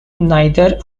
neither